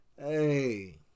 hey